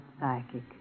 psychic